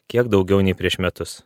kiek daugiau nei prieš metus